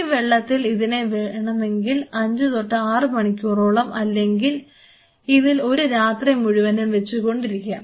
ഈ വെള്ളത്തിൽ ഇതിനെ വേണമെങ്കിൽ 5 6 മണിക്കൂറോളം അല്ലെങ്കിൽ ഇതിൽ ഒരു രാത്രി മുഴുവനും വെച്ച് കൊണ്ടിരിക്കാം